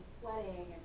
sweating